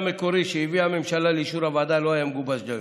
שהביאה הממשלה לאישור הוועדה לא היה מגובש דיו,